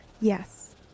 Yes